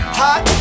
hot